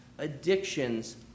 Addictions